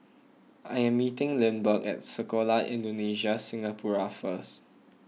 I am meeting Lindbergh at Sekolah Indonesia Singapura first